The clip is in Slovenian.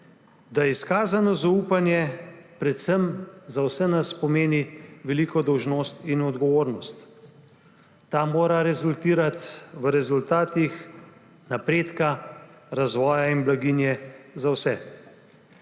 da izkazano zaupanje predvsem za vse nas pomeni veliko dolžnost in odgovornost. Ta mora rezultirati v rezultatih napredka, razvoja in blaginje za vse.